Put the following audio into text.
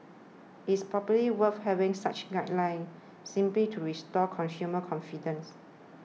it is probably worth having such guidelines simply to restore consumer confidence